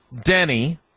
Denny